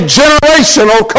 generational